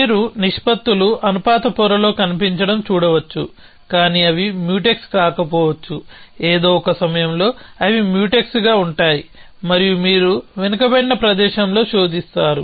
మీరు నిష్పత్తులు అనుపాత పొరలో కనిపించడం చూడవచ్చు కానీ అవి మ్యూటెక్స్ కాకపోవచ్చు ఏదో ఒక సమయంలో అవి మ్యూటెక్స్గా ఉంటాయి మరియు మీరు వెనుకబడిన ప్రదేశంలో శోధిస్తారు